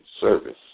service